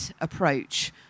approach